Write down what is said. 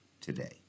today